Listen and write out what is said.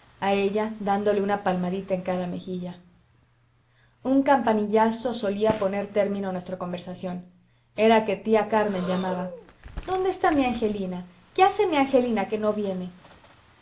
a ella dándole una palmadita en cada mejilla un campanillazo solía poner término a nuestra conversación era que tía carmen llamaba dónde está mi angelina qué hace mi angelina que no viene